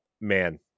man